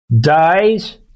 Dies